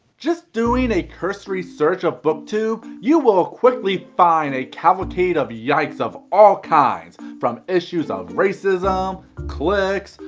just doing a cursory search of booktube you will quickly find a cavalcade of yikes of all kinds from issues of racism, cliques,